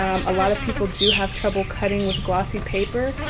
um a lot of people do have trouble cutting with glossy paper.